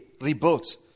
rebuilt